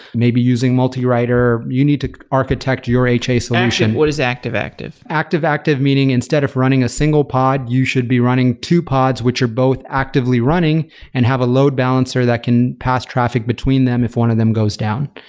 may be using multi writer. you need to architect your ha solution. what is active-active? active-active, meeting instead of running a single pod, you should be running two pods which are both actively running and have a load balancer that can pass traffic between them if one of them goes down.